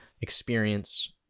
experience